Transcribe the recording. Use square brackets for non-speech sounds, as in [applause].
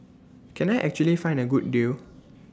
can I actually find A good deal [noise]